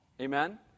Amen